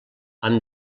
amb